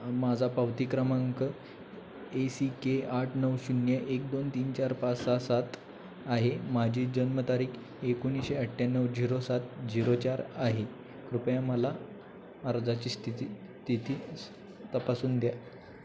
माझा पावती क्रमांक ए सी के आठ नऊ शून्य एक दोन तीन चार पाच सहा सात आहे माझी जन्मतारीख एकोणीसशे अठ्ठ्याण्णव झिरो सात झिरो चार आहे कृपया मला अर्जाची स्थिती तिथी तपासून द्या